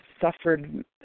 suffered